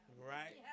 Right